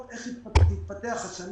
ברגע שנתחיל את השנה